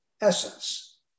essence